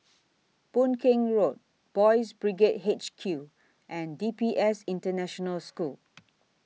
Boon Keng Road Boys' Brigade H Q and D P S International School